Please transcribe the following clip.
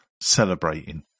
celebrating